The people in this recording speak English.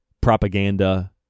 Propaganda